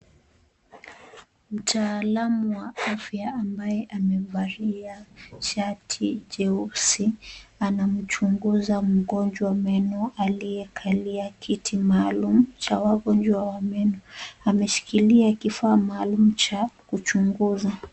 Mtaalamu wa afya ambaye amevalia shati jeusi, anamchunguza mgonjwa meno aliyekalia kiti maalum cha wagonjwa wa meno. Ameshikilia kifaa maalum cha kuchunguza.